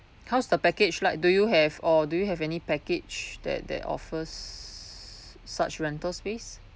how's the package like do you have or do you have any package that that offers such rental space